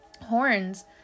horns